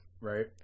Right